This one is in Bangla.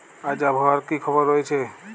আজ আবহাওয়ার কি খবর রয়েছে?